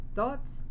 Thoughts